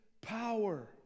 power